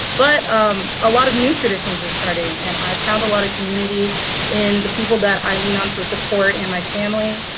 but um a lot of new traditions are starting and i've found a lot of community in the people that i lean on for support and my family.